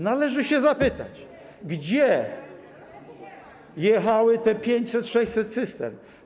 Należy zapytać, gdzie jechało te 500, 600 cystern.